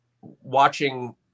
watching